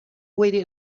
waited